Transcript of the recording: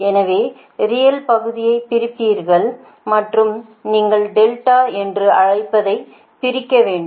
எனவே ரியல் பகுதியை பிரிக்கிறீர்கள் மற்றும் நீங்கள் டெல்டா என்று அழைப்பதை பிரிக்க வேண்டும்